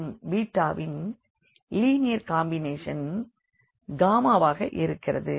மற்றும் ன் linear combination ஆக இருக்கிறது